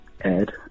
Ed